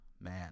man